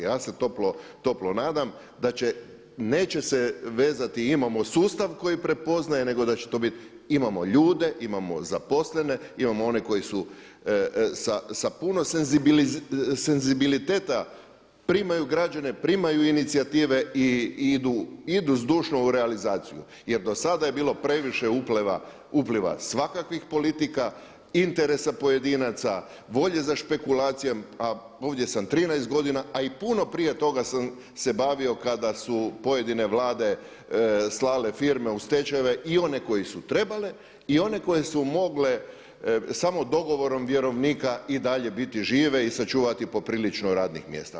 Ja se toplo nadam da će, neće se vezati imamo sustav koji prepoznaje nego da će to biti imamo ljude, imamo zaposlene, imamo one koji su sa puno senzibiliteta primaju građane, primaju inicijative i idu zdušno u realizaciju jer do sada je bilo previše upliva svakakvih politika, interesa pojedinaca, volje za špekulacijom a ovdje sam 13 godina a i puno prije toga sam se bavio kada su pojedine vlade slale firme u stečajeve i one koje su trebale i one koje su mogle samo dogovorom vjerovnika i dalje biti žive i sačuvati poprilično radnih mjesta.